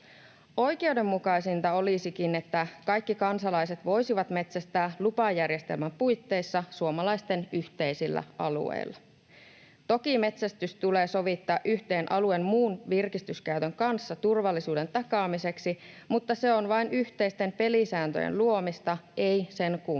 Oikeudenmukaisinta olisikin, että kaikki kansalaiset voisivat metsästää lupajärjestelmän puitteissa suomalaisten yhteisillä alueilla. Toki metsästys tulee sovittaa yhteen alueen muun virkistyskäytön kanssa turvallisuuden takaamiseksi, mutta se on vain yhteisten pelisääntöjen luomista, ei sen kummempaa.